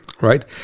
right